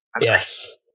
Yes